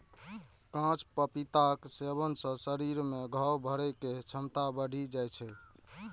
कांच पपीताक सेवन सं शरीर मे घाव भरै के क्षमता बढ़ि जाइ छै